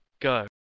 Go